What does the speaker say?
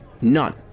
none